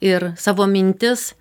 ir savo mintis